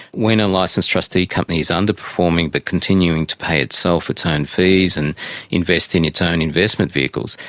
when a licensed trustee company is underperforming but continuing to pay itself its own fees and invest in its own investment vehicles,